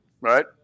right